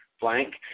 blank